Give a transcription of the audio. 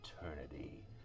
eternity